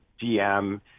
GM